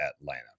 Atlanta